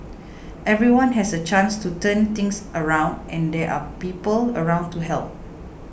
everyone has a chance to turn things around and there are people around to help